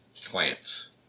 plants